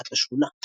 מתחת לשכונה.